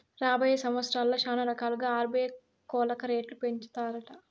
రాబోయే సంవత్సరాల్ల శానారకాలుగా ఆర్బీఐ కోలక రేట్లు పెంచతాదట